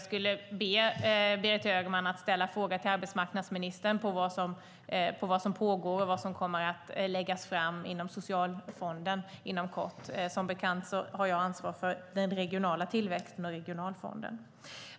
Därför får Berit Högman ställa en fråga till arbetsmarknadsministern om vad som pågår och vad som kommer att läggas fram inom Socialfonden inom kort. Som bekant har jag ansvar för den regionala tillväxten och Regionalfonden.